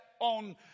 on